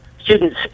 students